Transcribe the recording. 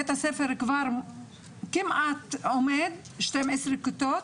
בית הספר כבר כמעט עומד, 12 כיתות,